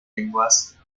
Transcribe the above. lenguas